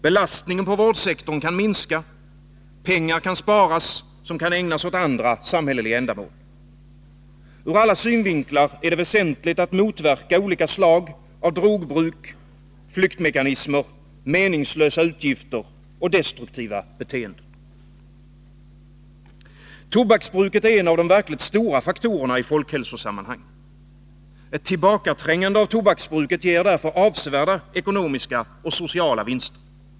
Belastningen på vårdsektorn kan minska, pengar kan sparas som kan ägnas andra samhälleliga ändamål. Ur alla synvinklar är det väsentligt att motverka olika slag av drogbruk och flyktmekanismer, meningslösa utgifter och destruktiva beteenden. Tobaksbruket är en av de verkligt stora faktorerna i folkhälsosammanhang. Ett tillbakaträngande av tobaksbruket ger därför avsevärda ekonomiska och sociala vinster.